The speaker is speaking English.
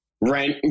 rent